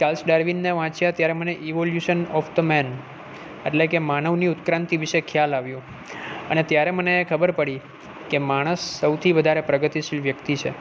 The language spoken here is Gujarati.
ચાર્લ્સ ડાર્વિનને વાંચ્યા ત્યારે મને ઇવોલ્યુઓસન ઓફ ધ મેન એટલે કે માનવની ઉત્ક્રાંતિ વિષે ખ્યાલ આવ્યો અને ત્યારે મને એ ખબર પડી કે માણસ સૌથી વધારે પ્રગતિશીલ વ્યક્તિ છે